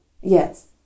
Yes